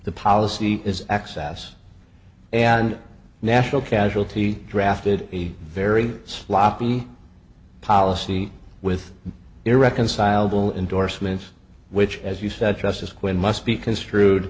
the policy is access and national casualty drafted a very sloppy policy with irreconcilable indorsements which as you said justice quinn must be construed